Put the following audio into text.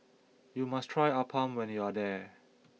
you must try Appam when you are there